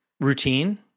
routine